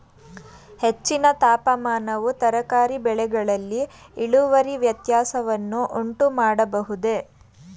ಹೆಚ್ಚಿನ ತಾಪಮಾನವು ತರಕಾರಿ ಬೆಳೆಗಳಲ್ಲಿ ಇಳುವರಿ ವ್ಯತ್ಯಾಸವನ್ನು ಉಂಟುಮಾಡಬಹುದೇ?